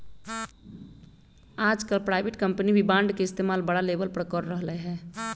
आजकल private company भी bond के इस्तेमाल बड़ा लेवल पर कर रहले है